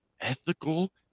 ethical